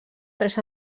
tres